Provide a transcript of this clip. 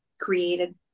created